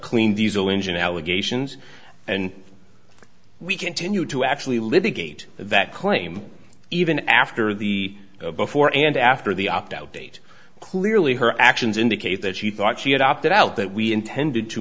clean diesel engine allegations and we continue to actually live the gate that claim even after the before and after the opt out date clearly her actions indicate that she thought she had opted out that we intended to